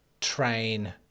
train